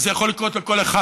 וזה יכול לקרות לכל אחד